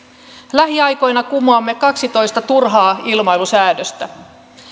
lähiaikoina kumoamme kaksitoista turhaa ilmailusäädöstä